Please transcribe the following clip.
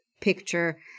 picture